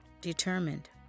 determined